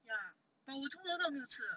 ya but 我从小到大没有吃的